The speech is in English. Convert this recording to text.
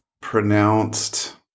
pronounced